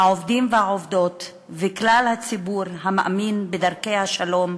העובדים והעובדות וכלל הציבור המאמין בדרכי השלום,